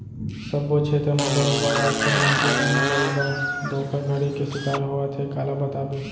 सब्बो छेत्र म बरोबर आज कल मनसे मन ह बरोबर धोखाघड़ी के सिकार होवत हे काला बताबे